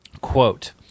quote